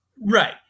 Right